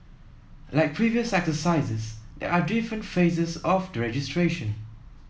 like previous exercises there are different phases of registration